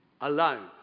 alone